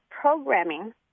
programming